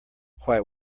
quite